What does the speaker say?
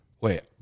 wait